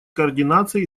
координации